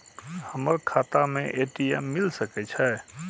हमर खाता में ए.टी.एम मिल सके छै?